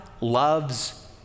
loves